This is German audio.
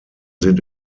sind